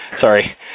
Sorry